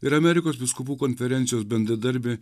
ir amerikos vyskupų konferencijos bendradarbė